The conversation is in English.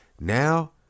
now